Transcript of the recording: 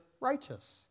righteous